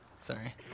sorry